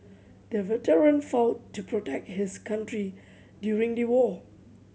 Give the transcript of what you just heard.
the veteran fought to protect his country during the war